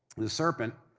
the serpent,